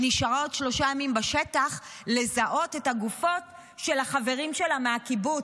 היא נשארה עוד שלושה ימים בשטח לזהות את הגופות של החברים שלה מהקיבוץ.